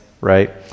right